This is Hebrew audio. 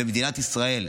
במדינת ישראל.